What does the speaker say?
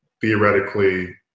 theoretically